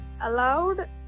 allowed